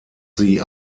sie